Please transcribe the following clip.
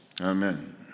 Amen